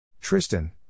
Tristan